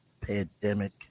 Pandemic